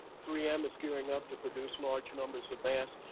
three m is gearing up to produce large numbers of masks,